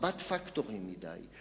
רבת פקטורים מדי,